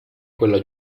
quella